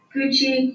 Gucci